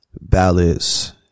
ballads